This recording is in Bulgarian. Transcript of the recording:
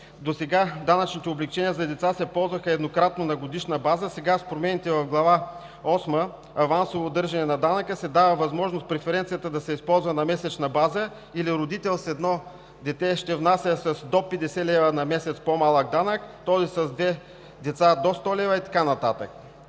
досега данъчните облекчения за деца се ползваха еднократно на годишна база, сега с промените в Глава VIII – „Авансово удържане на данъка“, се дава възможност преференцията да се използва на месечна база или родител с едно дете ще внася с до 50 лв. на месец по-малък данък, този с две деца – до 100 лв., и така